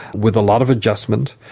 with a lot of adjustment.